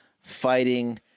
Fighting